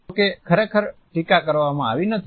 જો કે ખરેખર ટિક્કા કરવામાં આવી નથી